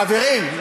חברים,